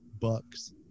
Bucks